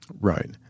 Right